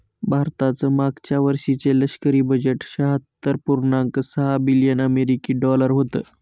भारताचं मागच्या वर्षीचे लष्करी बजेट शहात्तर पुर्णांक सहा बिलियन अमेरिकी डॉलर होतं